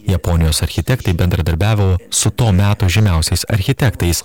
japonijos architektai bendradarbiavo su to meto žymiausiais architektais